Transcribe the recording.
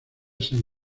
san